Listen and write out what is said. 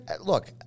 Look